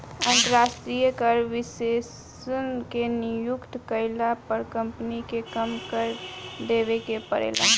अंतरास्ट्रीय कर विशेषज्ञ के नियुक्ति कईला पर कम्पनी के कम कर देवे के परेला